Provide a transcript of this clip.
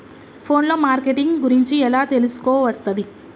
Phone లో marketing గురించి ఎలా తెలుసుకోవస్తది?